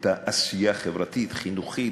העשייה החברתית, החינוכית